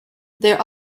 there